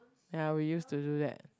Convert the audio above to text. ya we used to do that